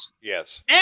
Yes